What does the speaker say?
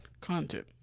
content